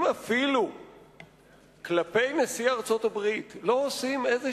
אם אפילו כלפי נשיא ארצות-הברית לא עושים איזו